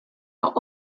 are